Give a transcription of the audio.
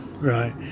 Right